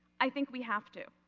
i think we have to.